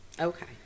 Okay